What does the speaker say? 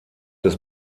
des